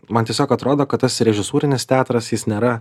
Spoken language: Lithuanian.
man tiesiog atrodo kad tas režisūrinis teatras jis nėra